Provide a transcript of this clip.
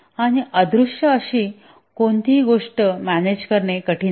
आणि अदृश्य अशी कोणतीही गोष्ट मॅनेज करणे कठीण आहे